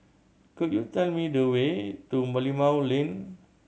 could you tell me the way to Merlimau Lane